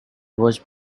was